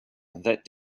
that